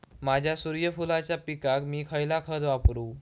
माझ्या सूर्यफुलाच्या पिकाक मी खयला खत वापरू?